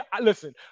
listen